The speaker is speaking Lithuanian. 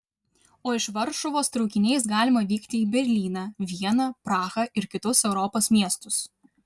o iš varšuvos traukiniais galima vykti į berlyną vieną prahą ir kitus europos miestus